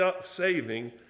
saving